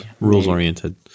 rules-oriented